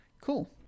Cool